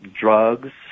drugs